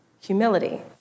humility